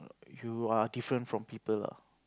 you are different from people lah